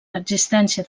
l’existència